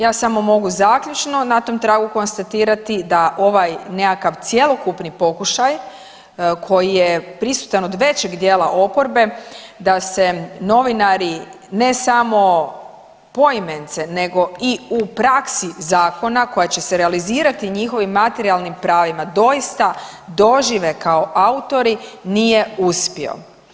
Ja samo mogu zaključno na tom tragu konstatirati da ovaj nekakav cjelokupni pokušaj koji je prisutan od većeg dijela oporbe, da se novinari, ne samo poimence, nego i u praksi zakona koja će se realizirati njihovim materijalnim pravima, doista dožive kao autori, nije uspio.